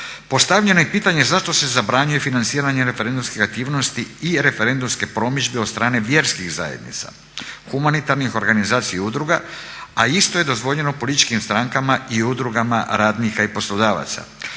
Postavljeno je i pitanje zašto se zabranjuje financiranje referendumskih aktivnosti i referendumske promidžbe od strane vjerskih zajednica, humanitarnih organizacija i udruga a isto je dozvoljeno političkim strankama i udrugama radnika i poslodavaca?